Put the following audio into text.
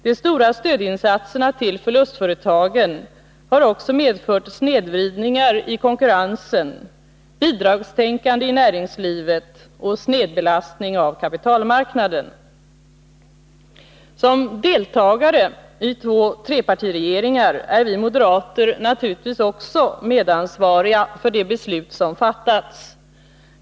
De stora stödinsatserna till förlustföretagen har också medfört snedvridningar i konkurrensen, bidragstänkande i näringslivet och snedbelastning av kapital Som deltagare i två trepartiregeringar är vi moderater naturligtvis också Nr 48 medansvariga för de beslut som fattats.